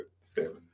seven